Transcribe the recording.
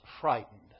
frightened